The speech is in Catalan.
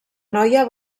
noia